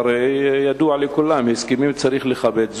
הרי ידוע לכולם: הסכמים צריך לכבד.